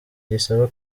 gisaba